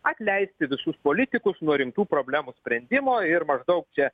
atleisti visus politikus nuo rimtų problemų sprendimo ir maždaug čia